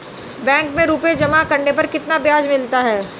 Bank में रुपये जमा करने पर कितना ब्याज मिलता है?